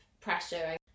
pressure